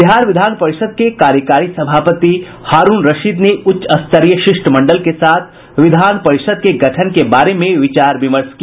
बिहार विधान परिषद् के कार्यकारी सभापति हारूण रशीद ने उच्च स्तरीय शिष्टमंडल के साथ विधान परिषद् के गठन के बारे में विचार विमर्श किया